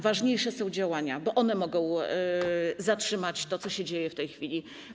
Ważniejsze są działania, bo one mogą zatrzymać to, co się dzieje w tej chwili.